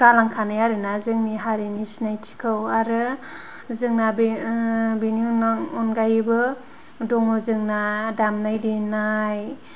गालांखानाय आरो ना जोंनि हारिनि सिनायथिखौ आरो जोंना बे बेनि अनागायैबो दङ जोंना दामनाय देनाय